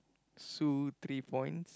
Sue three points